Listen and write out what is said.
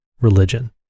religion